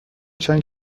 چند